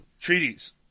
Treaties